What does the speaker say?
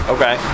Okay